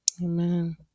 Amen